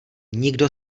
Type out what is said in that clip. nikdo